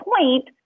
point